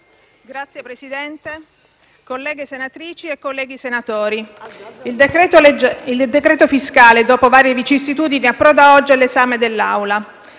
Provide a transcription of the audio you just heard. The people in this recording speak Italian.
Signor Presidente, colleghe senatrici e colleghi senatori, il decreto-legge fiscale, dopo varie vicissitudini, approda oggi all'esame dell'Assemblea.